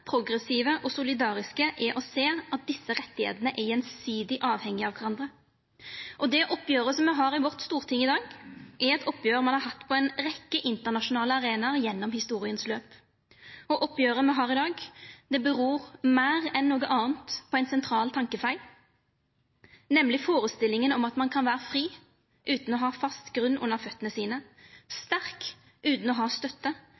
progressive og solidariske er å sjå at desse rettane er gjensidig avhengige av kvarandre. Det oppgjeret som me har i vårt storting i dag, er eit oppgjer ein har hatt på ei rekkje internasjonale arenaer gjennom historias løp. Oppgjeret me har i dag, kjem meir enn noko anna av ein sentral tankefeil, nemleg førestillinga om at ein kan vera fri utan å ha fast grunn under føtene sine, sterk utan å ha støtte,